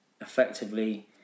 effectively